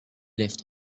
left